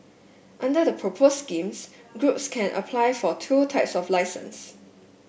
under the proposed schemes groups can apply for two types of licences